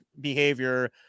behavior